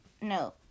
No